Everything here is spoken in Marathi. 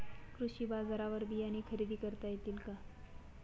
कृषी बाजारवर बियाणे खरेदी करता येतील का?